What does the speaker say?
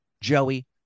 Joey